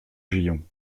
gillon